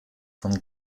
von